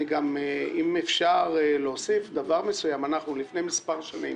אם אפשר להוסיף, לפני מספר שנים